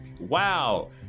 wow